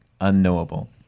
unknowable